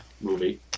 movie